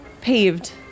paved